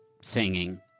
singing